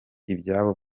ibyabo